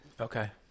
Okay